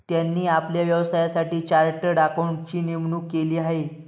त्यांनी आपल्या व्यवसायासाठी चार्टर्ड अकाउंटंटची नेमणूक केली आहे